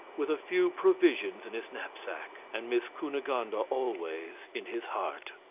with a few provisions in his knapsack, and miss cunegonde ah always in his heart.